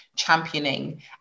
championing